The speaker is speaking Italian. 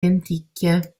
lenticchie